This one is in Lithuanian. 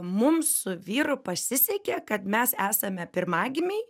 mums su vyru pasisekė kad mes esame pirmagimiai